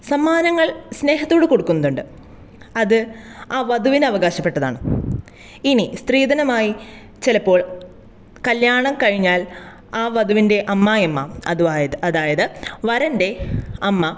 സമ്മാനങ്ങൾ സ്നേഹത്തോടെ കൊടുക്കുന്നതുണ്ട് അത് ആ വധുവിന് അവകാശപ്പെട്ടതാണ് ഇനി സ്ത്രീധനമായി ചിലപ്പോൾ കല്യാണം കഴിഞ്ഞാൽ ആ വധുവിൻറ്റെ അമ്മായിയമ്മ അത്വായ അതായത് വരൻറ്റെ അമ്മ